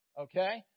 Okay